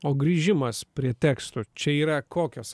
o grįžimas prie tekstų čia yra kokios